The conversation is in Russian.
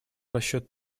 расчет